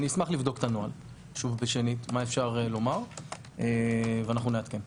אני אשמח לבדוק את הנוהל שוב מה אפשר לומר ואנחנו נעדכן.